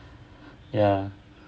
ya